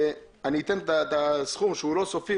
אני אתן את הסכום שהוא לא סופי,